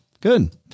Good